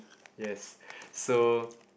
yes so